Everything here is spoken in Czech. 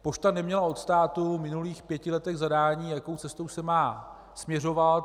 Pošta neměla od státu v minulých pěti letech zadání, jakou cestou se má směřovat.